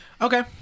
Okay